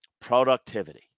productivity